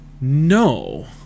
No